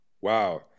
Wow